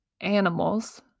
animals